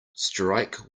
strike